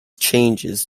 changes